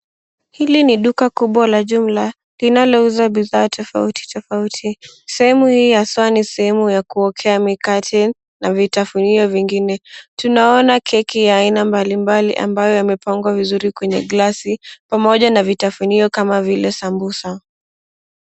Hili ni duka kubwa la jumla linalouza bidhaa tofauti tofauti sehemu hii ya saa ni sehemu ya kuokea mikate na vitafunio vingine tunaona keki ya aina mbali mbali ambayo yamepangwa vizuri kwenye glasi pamoja na vitafunio kama vile sambusa.